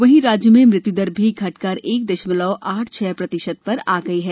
वहीं राज्य में मृत्यु दर भी घटकर एक दशमलव आठ छह प्रतिशत पर आ गयी है